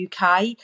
UK